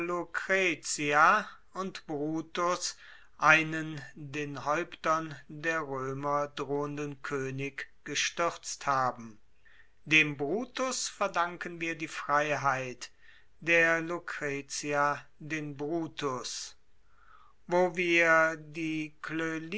und brutus einen den häuptern der römer drohenden könig gestürzt haben dem brutus verdanken wir die freiheit der lucretia den brutus wo wir die